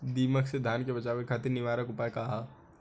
दिमक से धान के बचावे खातिर निवारक उपाय का ह?